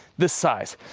this size.